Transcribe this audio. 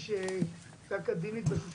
של אותה אם להתנתק במצב שבו בעלה מת בהיותה בהריון.